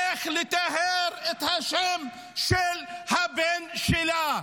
איך לטהר את השם של הבן שלה.